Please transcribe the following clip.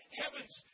heaven's